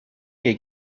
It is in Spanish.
que